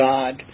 God